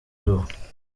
ruba